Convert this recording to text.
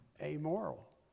amoral